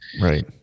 Right